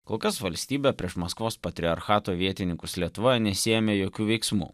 kol kas valstybė prieš maskvos patriarchato vietininkus lietuvoje nesiėmė jokių veiksmų